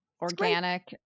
organic